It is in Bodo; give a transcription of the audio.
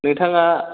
नोंथाङा